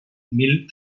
mil